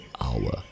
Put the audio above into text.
hour